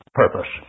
purpose